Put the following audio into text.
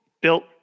built